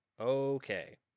Okay